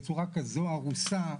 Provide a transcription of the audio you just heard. בצורה כזו הרוסה,